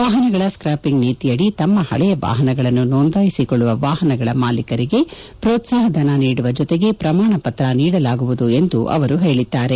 ವಾಹನಗಳ scrapping ನೀತಿಯಡಿ ತಮ್ಮ ಹಳೆಯ ವಾಹನಗಳನ್ನು ನೋಂದಾಯಿಸಿಕೊಳ್ಳುವ ವಾಹನಗಳ ಮಾಲೀಕರಿಗೆ ಪ್ರೋತ್ಪಾಹಧನ ನೀಡುವ ಜೊತೆಗೆ ಪ್ರಮಾಣ ಪತ್ರ ನೀಡಲಾಗುವುದು ಎಂದು ಹೇಳಿದ್ದಾರೆ